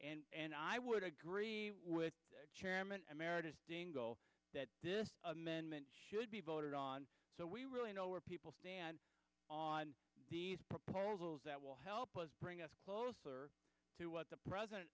this and i would agree with chairman emeritus that this amendment should be voted on so we really know where people stand on these proposals that will help us bring us closer to what the president